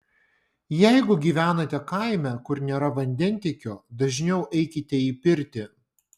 jeigu gyvenate kaime kur nėra vandentiekio dažniau eikite į pirtį